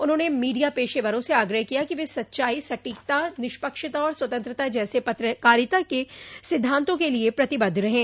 उन्होंने मीडिया पेशेवरों से आग्रह किया कि वे सच्चाई सटीकता निष्पक्षता और स्वतंत्रता जैसे पत्रकारिता के सिद्धांतों के लिए प्रतिबद्ध रहें